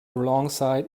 alongside